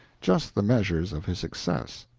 just the measure of his success.